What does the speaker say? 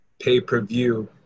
Pay-per-view